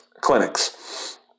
clinics